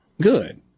good